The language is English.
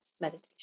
meditation